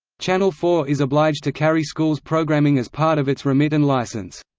channel four is obliged to carry schools programming as part of its remit and licence.